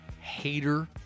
Hater